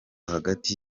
hagati